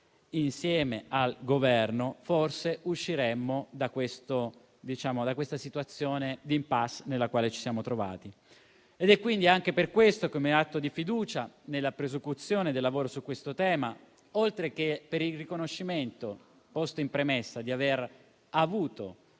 insieme al Governo, forse usciremmo da questa situazione di *impasse* nella quale ci siamo trovati. È quindi anche per questo, come atto di fiducia nella prosecuzione del lavoro su questo tema, oltre che per il riconoscimento, posto in premessa, di aver avuto